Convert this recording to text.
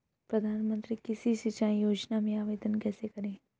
प्रधानमंत्री कृषि सिंचाई योजना में आवेदन कैसे करें?